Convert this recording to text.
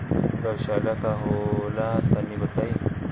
गौवशाला का होला तनी बताई?